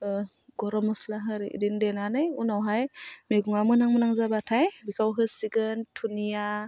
गर'म मस्ला आरि बिदिनो देनानै उनावहाय मैगङा मोनहां मोनहां जाबाथाय बेखौ होसिगोन दुनदिया